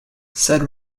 said